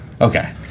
Okay